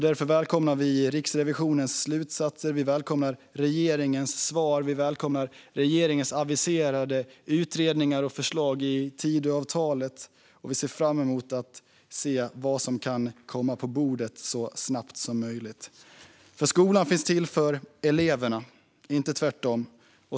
Vi välkomnar därför Riksrevisionens slutsatser, regeringens svar och regeringens aviserade utredningar och förslag i Tidöavtalet. Vi ser fram emot vad som kan läggas på bordet så snabbt som möjligt. Skolan finns till för eleverna, inte tvärtom.